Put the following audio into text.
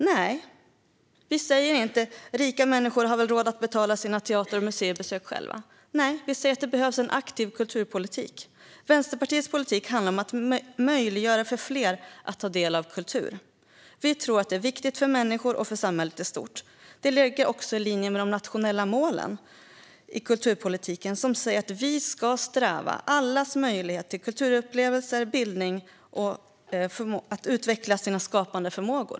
Nej, vi säger inte att rika människor ändå har råd att betala sina teater och museibesök själva. Vi ser att en aktiv kulturpolitik behövs. Vänsterpartiets politik handlar om att möjliggöra för fler att ta del av kultur. Vi tror att det är viktigt för människor och för samhället i stort. Det ligger också i linje med de nationella målen för kulturpolitiken som säger att vi ska främja allas möjlighet till kulturupplevelser, till bildning och till att utveckla sina skapande förmågor.